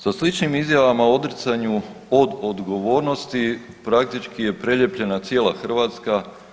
Sa sličnim izjavama o odricanju od odgovornosti praktički je prelijepljena cijela Hrvatska.